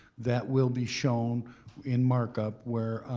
that will be shown in mark up where